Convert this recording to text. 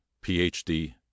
Ph.D